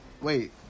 Wait